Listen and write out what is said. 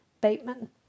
Bateman